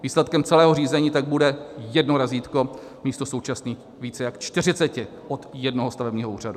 Výsledkem celého řízení tak bude jedno razítko místo současných více jak 40 od jednoho stavebního úřadu.